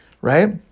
right